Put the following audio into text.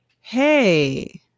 hey